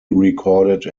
recorded